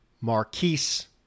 Marquise